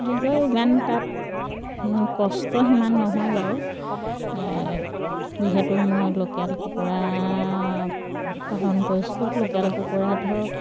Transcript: এনেকৈ ইমান তাত কষ্ট সিমান নহয় বাৰু যিহেতু মই লোকেল কুকুৰা পালন কৰিছিলোঁ লোকেল কুকুৰা ধৰক